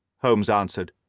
holmes answered.